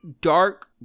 Dark